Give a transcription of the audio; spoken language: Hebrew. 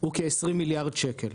הוא כ-20 מיליארד ₪,